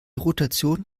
rotation